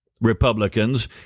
Republicans